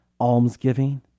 almsgiving